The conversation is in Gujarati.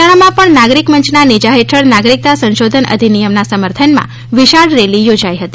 મહેસાણામાં પણ નાગરિક મંચના નેજા હેઠળ નાગરિકતા સંશોધન અધિનિયમ ના સમર્થનમાં વિશાળ રેલી યોજાઇ હતી